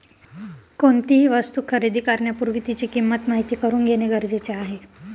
कोणतीही वस्तू खरेदी करण्यापूर्वी तिची किंमत माहित करून घेणे गरजेचे आहे